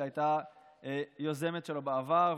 שהייתה יוזמת שלו בעבר,